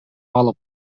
алып